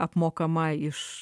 apmokama iš